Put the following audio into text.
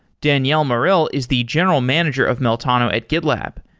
danielle morrill is the general manager of meltano at gitlab.